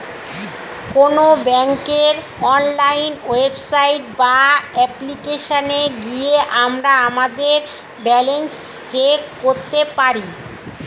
কোনো ব্যাঙ্কের online website বা অ্যাপ্লিকেশনে গিয়ে আমরা আমাদের ব্যালেন্স চেক করতে পারি